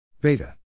beta